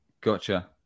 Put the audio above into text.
Gotcha